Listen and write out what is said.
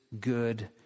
good